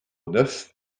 neuf